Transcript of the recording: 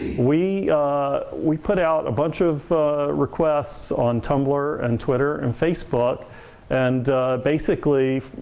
we we put out a bunch of requests on tumblr and twitter and facebook and basically,